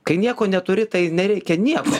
kai nieko neturi tai nereikia nieko